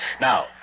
Now